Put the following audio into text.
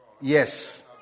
yes